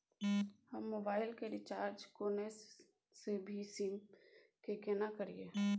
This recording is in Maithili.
हम मोबाइल के रिचार्ज कोनो भी सीम के केना करिए?